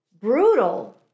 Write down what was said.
brutal